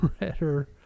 redder